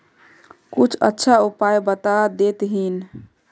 कुछ अच्छा उपाय बता देतहिन?